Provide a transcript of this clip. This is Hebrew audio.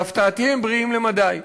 להפתעתי, הם בריאים למדי.